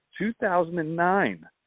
2009